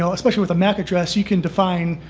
you know especially with a mac address, you can define,